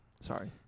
Sorry